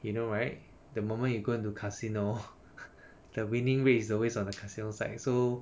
you know right the moment you go into casino the winning rates is always on the casino side so